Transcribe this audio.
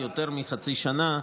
יותר מחצי שנה,